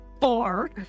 Four